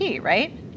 right